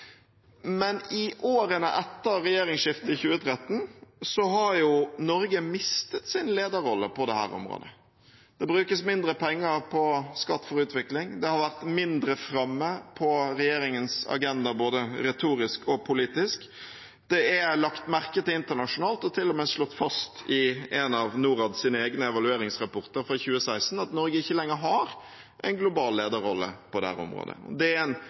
men i årene etter regjeringsskiftet i 2013 har Norge mistet sin lederrolle på dette området. Det brukes mindre penger på «Skatt for utvikling», det har vært mindre framme på regjeringens agenda både retorisk og politisk. Det er lagt merke til internasjonalt og til og med slått fast i en av Norads egne evalueringsrapporter fra 2016 at Norge ikke lenger har en global lederrolle på dette området. Det er en